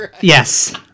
Yes